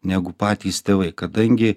negu patys tėvai kadangi